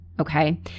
okay